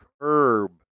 curb